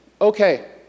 Okay